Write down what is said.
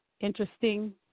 Interesting